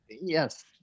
Yes